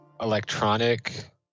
electronic